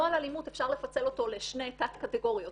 נוהל אלימות אפשר לפצל אותו לשתי תת קטגוריות.